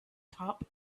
top